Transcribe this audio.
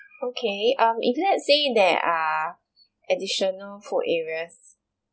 okay um internet saying there are additional for areas